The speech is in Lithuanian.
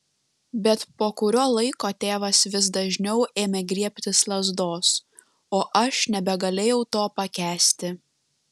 bet po kurio laiko tėvas vis dažniau ėmė griebtis lazdos o aš nebegalėjau to pakęsti